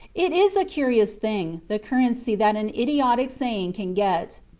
it is a curious thing, the currency that an idiotic saying can get.